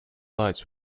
lights